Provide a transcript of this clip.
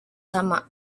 sama